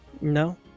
No